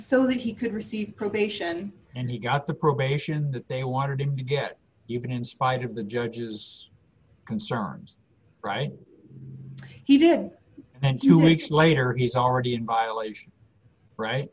so that he could receive probation and he got the probation that they wanted him to get you can in spite of the judge's concerns right he did and you weeks later he's already in violation right